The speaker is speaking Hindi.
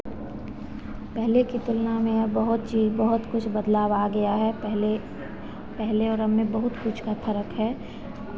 पहले की तुलना में अब बहुत चीज़ बहुत कुछ बदलाव आ गया है पहले पहले और अब में बहुत कुछ का फ़र्क़ है